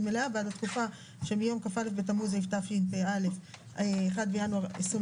מלאה בעד התקופה שמיום כ"א בתמוז התשפ"א (1 בינואר 2022)